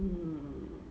mm